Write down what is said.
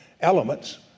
elements